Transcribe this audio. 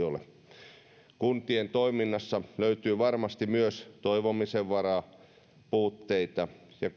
ole kuntien toiminnassa löytyy varmasti myös toivomisen varaa puutteita ja